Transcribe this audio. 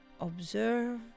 Observe